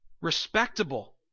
Respectable